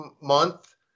month